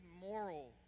moral